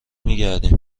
میگردیم